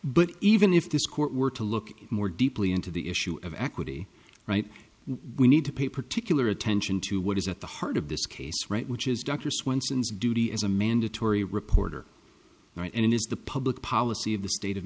but even if this court were to look more deeply into the issue of equity right we need to pay particular attention to what is at the heart of this case right which is dr swenson's duty as a mandatory reporter right and it is the public policy of the state of